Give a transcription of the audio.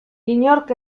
inork